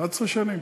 11 שנים?